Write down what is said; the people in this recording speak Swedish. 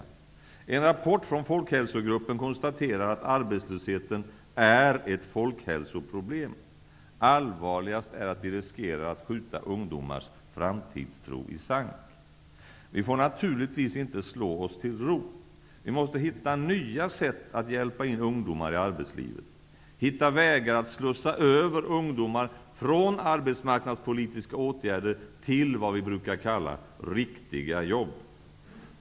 I en rapport från folkhälsogruppen konstateras att arbetslösheten är ett folkhälsoproblem. Allvarligast är att vi riskerar att skjuta ungdomars framtidstro i sank. Vi får naturligtvis inte slå oss till ro. Vi måste hitta nya sätt att hjälpa in ungdomar i arbetslivet, hitta vägar att slussa över ungdomar från arbetsmarknadspolitiska åtgärder till ''riktiga'' arbeten.